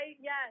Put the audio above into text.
Yes